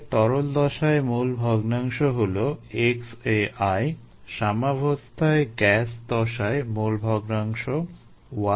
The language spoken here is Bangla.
তাহলে তরল দশায় মোল ভগ্নাংশ হলো xAi সাম্যাবস্থায় গ্যাস দশায় মোল ভগ্নাংশ yAi